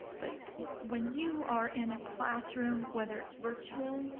but when you are in a classroom, whether it's virtual,